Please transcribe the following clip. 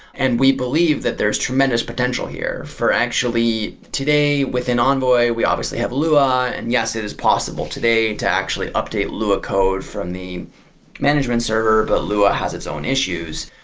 and we believe that there is tremendous potential here for actually, today, within envoy, we obviously have lou. and yes, it is possible today to actually update lua code from the management server. but lua has its own issues.